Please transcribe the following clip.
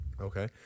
Okay